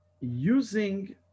using